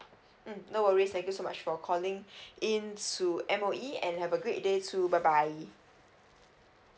mm no worries thank you so much for calling in to M_O_E and have a great day too bye bye